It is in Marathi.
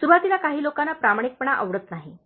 सुरुवातीला काही लोकांना प्रामाणिकपणा आवडत नाही